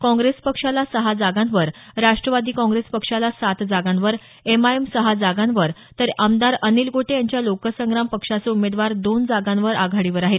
काँग्रेस पक्षाला सहा जागांवर राष्ट्रवादी काँग्रेस पक्षाला सात जागांवर एमआयएम सहा जागांवर तर आमदार अनिल गोटे यांच्या लोकसंग्राम पक्षाचे उमेदवार दोन जागांवर आघाडीवर आहेत